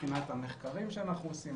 מבחינת המחקרים שאנחנו עושים,